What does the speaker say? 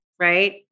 right